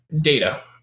data